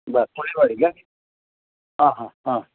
बरं कोळीवाडी का हां हां हां